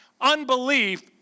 unbelief